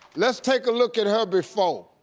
let's take a look at her before.